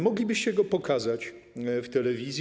Moglibyście go pokazać w telewizji.